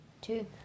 two